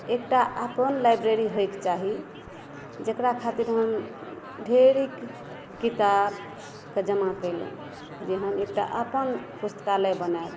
एकटा अपन लाइब्रेरी होइके चाही जेकरा खातिर हम ढेरिक किताबके जमा कयलहुॅं जे हम एकटा अपन पुस्तकालय बनायब